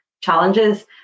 challenges